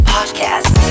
Podcast